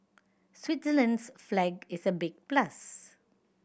Switzerland's flag is a big plus